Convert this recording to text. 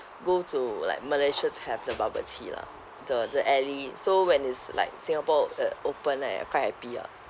go to like malaysia to have the bubble tea lah the the alley so when is like singapore uh open uh I quite happy ah